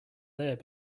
there